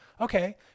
Okay